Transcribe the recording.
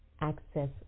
Access